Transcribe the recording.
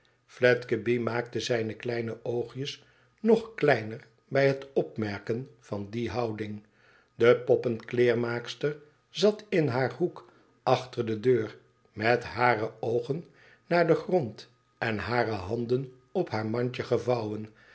fledgeby maakte zijne kleine oogjes nog kleiner bij het opmerken van die houding de poppenkleermaakster zat in haar hoek achter de deur met hare oogen naar den grond en hare handen op haar mandje gevouwen